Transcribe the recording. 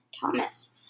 Thomas